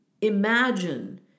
Imagine